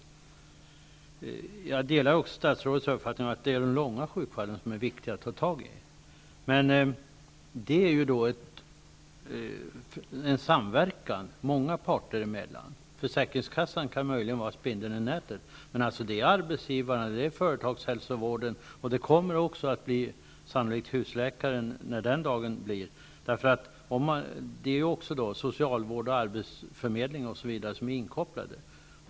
Vidare delar jag statsrådets uppfattning att det är fallen med de långtidssjuka som det är viktigt att ta itu med. Men det behövs då en samverkan många parter emellan. Möjligen är försäkringskassan spindeln i nätet. Dessutom är arbetsgivarna och företagshälsovården och -- när det systemet blir aktuellt -- sannolikt också husläkarna liksom socialvården, arbetsförmedlingarna osv. inkopplade.